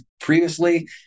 previously